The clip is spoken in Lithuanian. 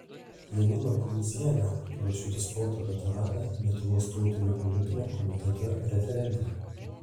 janiną brundzienę parašiutų sporto veteranę lietuvos tautinio olimpinio komiteto referentę